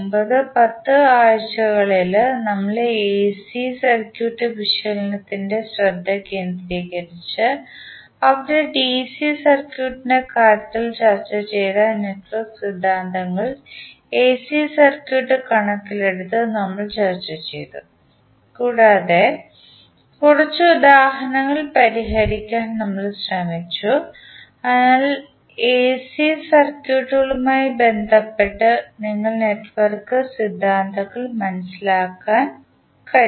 9 10 ആഴ്ചകളിൽ നമ്മൾ AC circuit വിശകലനത്തിൽ ശ്രദ്ധ കേന്ദ്രീകരിച്ച് അവിടെ ഡിസി സർക്യൂട്ടിൻറെ കാര്യത്തിൽ ചർച്ച ചെയ്ത നെറ്റ്വർക്ക് സിദ്ധാന്തങ്ങൾ എസി സർക്യൂട്ട് കണക്കിലെടുത്ത് നമ്മൾ ചർച്ചചെയ്തു കൂടാതെ കുറച്ച് ഉദാഹരണങ്ങൾ പരിഹരിക്കാൻ നമ്മൾ ശ്രമിച്ചു അതിനാൽ എസി സർക്യൂട്ടുകളുമായി ബന്ധപ്പെട്ട് നിങ്ങൾക്ക് നെറ്റ്വർക്ക് സിദ്ധാന്തങ്ങൾ മനസ്സിലാക്കാൻ കഴിയും